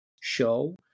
show